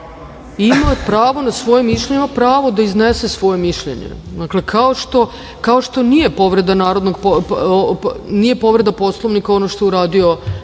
Ima pravo na svoje mišljenje, ima pravo da iznese svoje mišljenje. Dakle, kao što je nije povreda Poslovnika ono što je uradio